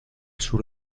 sur